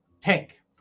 tank